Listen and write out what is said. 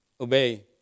obey